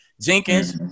Jenkins